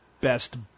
best